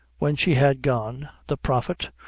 when she had gone, the prophet,